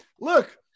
Look